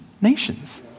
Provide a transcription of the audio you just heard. nations